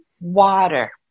water